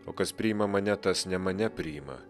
o kas priima mane tas ne mane priima